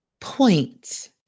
point